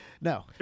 No